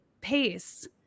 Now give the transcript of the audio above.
pace